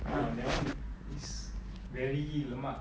oh that one is very lemak